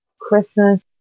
Christmas